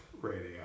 radio